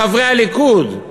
חברי הליכוד,